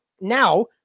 now